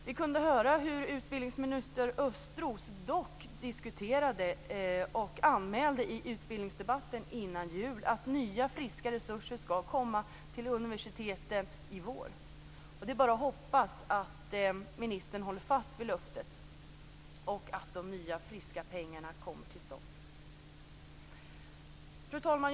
Vi kunde höra hur utbildningsminister Östros dock diskuterade och anmälde i utbildningsdebatten innan jul att nya friska resurser skall komma till universiteten i vår. Och det är bara att hoppas att ministern håller fast vid det löftet och att de nya friska pengarna kommer. Fru talman!